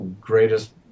greatest